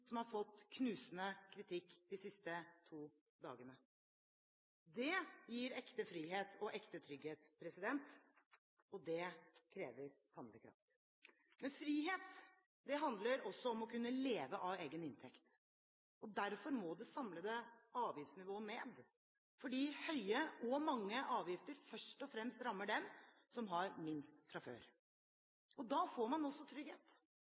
som har fått knusende kritikk de siste to dagene. Det gir ekte frihet og ekte trygghet, og det krever handlekraft. Men frihet handler også om å kunne leve av egen inntekt. Derfor må det samlede avgiftsnivået ned, fordi høye og mange avgifter først og fremst rammer dem som har minst fra før. Da får man også trygghet